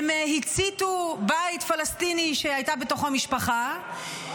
הם הציתו בית פלסטיני שהייתה בתוכו משפחה,